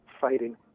fighting